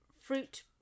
fruit